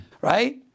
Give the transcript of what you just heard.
right